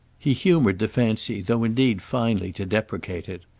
he humoured the fancy, though indeed finally to deprecate it.